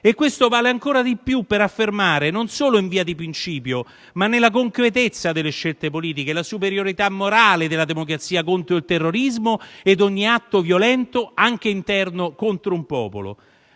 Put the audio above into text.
E questo vale ancor di più per affermare - non solo in via di principio ma nella concretezza delle scelte politiche - la superiorità morale della democrazia contro il terrorismo ed ogni atto violento, anche interno, contro un popolo.